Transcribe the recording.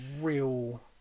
real